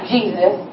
Jesus